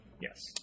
Yes